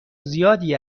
زیادی